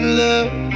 love